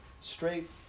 straight